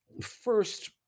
first